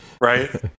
Right